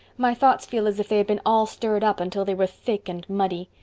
my thoughts feel as if they had been all stirred up until they were thick and muddy.